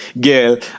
girl